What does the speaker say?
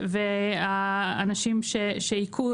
והאנשים שהיכו,